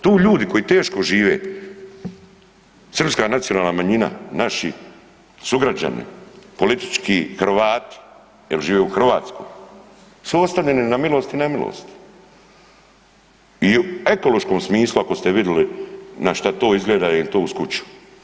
Tu ljudi koji teško žive, srpska nacionalna manjina, naši sugrađani, politički Hrvati jer žive u Hrvatskoj su ostavljeni na milost i nemilost i u ekološkom smislu, ako ste vidli na šta to izgleda, je li to uz kuću.